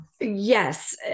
Yes